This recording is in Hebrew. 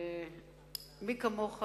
מי כמוך,